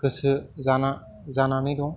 गोसो जाना जानानै दं